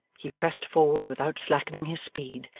he pressed forward without slackening his speed,